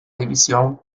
división